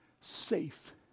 Safe